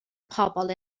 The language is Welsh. pobl